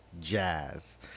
jazz